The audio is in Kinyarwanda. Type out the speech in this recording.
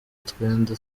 utwenda